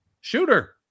Shooter